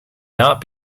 not